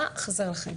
מה חסר לכם.